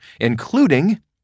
including